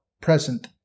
present